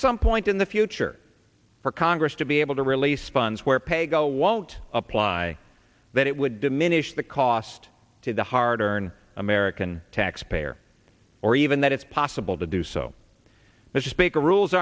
some point in the future for congress to be able to release funds where paygo won't apply that it would diminish the cost to the hard earned american taxpayer or even that it's possible to do so as speaker rules